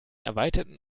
erweiterten